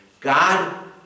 God